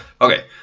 Okay